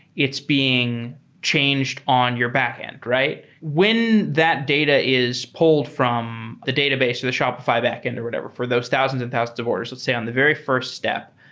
it's being changed on your back-end, right? when that data is pulled from the database to the shopify back-end or whatever, for those thousands and thousands of orders, let's say on the very first step,